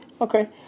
Okay